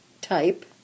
type